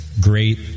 great